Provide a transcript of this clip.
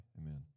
amen